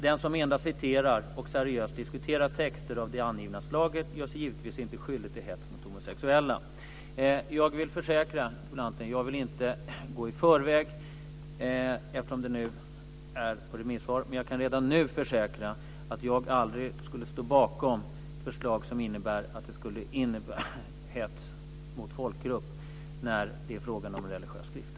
Den som endast citerar och seriöst diskuterar texter av det angivna slaget gör sig givetvis inte skyldig till hets mot homosexuella. Jag vill inte gå händelserna i förväg eftersom förslaget bereds, men jag kan redan nu försäkra att jag aldrig skulle stå bakom ett förslag som skulle innebära hets mot folkgrupp när det är fråga om religiös skrift.